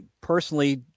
personally